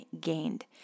gained